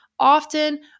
Often